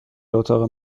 اتاق